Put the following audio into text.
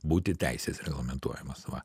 būti teisės reglamentuojamas va